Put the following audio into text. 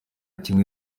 kimwe